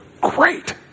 Great